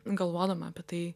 galvodama apie tai